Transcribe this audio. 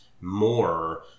more